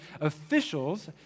officials